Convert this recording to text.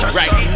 right